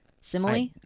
Simile